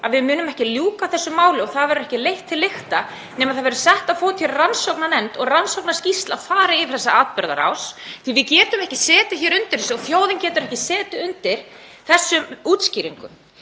að við munum ekki ljúka þessu máli og það verði ekki leitt til lykta nema sett verði á fót rannsóknarnefnd og rannsóknarskýrsla fari yfir þessa atburðarás, því að við getum við ekki setið undir þessu og þjóðin getur ekki setið undir þessum útskýringum.